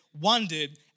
wondered